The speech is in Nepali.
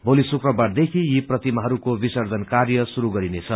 भोली शुक्रबार देखि यी प्रतिमाहरूको विर्सजन कार्य शुरू गरिनेछ